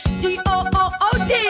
good